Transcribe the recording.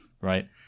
right